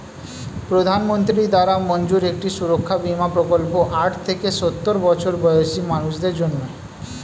প্রধানমন্ত্রী দ্বারা মঞ্জুর একটি সুরক্ষা বীমা প্রকল্প আট থেকে সওর বছর বয়সী মানুষদের জন্যে